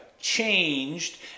changed